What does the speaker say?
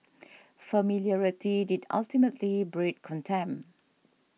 familiarity did ultimately breed contempt